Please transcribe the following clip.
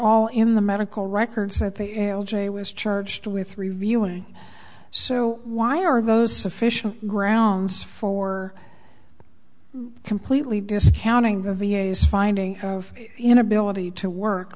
all in the medical records at the l j was charged with reviewing so why are those sufficient grounds for completely discounting the v a s finding of inability to work